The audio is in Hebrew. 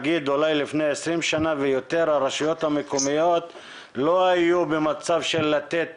לפני 20 שנה ויותר הרשויות המקומיות לא היו במצב של לתת